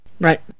Right